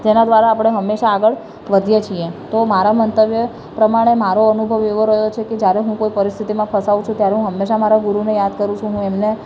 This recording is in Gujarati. તેના દ્વારા આપણે હંમેશા આગળ વધીએ છીએ તો મારા મંતવ્ય પ્રમાણે મારો અનુભવ એવો રહ્યો છે કે જયારે હું કોઈ પરિસ્થિતિમાં ફસાઉં છું ત્યારે હું હંમેશા મારા ગુરુને યાદ કરું છું હું એમને